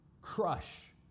crush